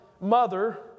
mother